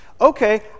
Okay